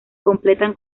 completan